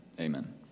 Amen